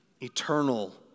Eternal